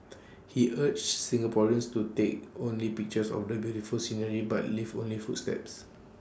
he urged Singaporeans to take only pictures of the beautiful scenery but leave only footsteps